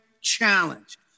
challenge